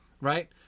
right